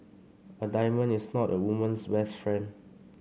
a diamond is not a woman's best friend